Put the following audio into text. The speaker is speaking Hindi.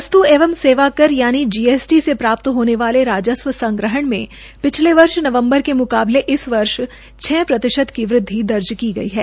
वस्त् एवं सेवा कर यानि जीएसटी से प्राप्त होने वाले राजस्व संग्रहण में पिछले वर्ष नवम्बर के मुकाबले इस वर्ष छ प्रतिशत की वृद्वि दर्ज की गई है